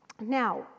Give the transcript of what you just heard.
now